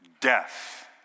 death